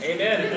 Amen